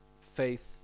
faith